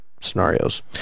scenarios